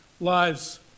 lives